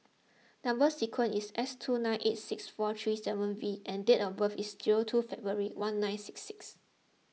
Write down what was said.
Number Sequence is S two nine eight six four three seven V and date of birth is two February one nine six six